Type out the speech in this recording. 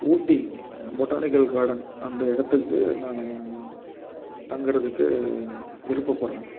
ஊட்டி botanical garden அந்த இடத்துக்கு நான் தங்குறதுக்கு விருப்பப்படுறேன்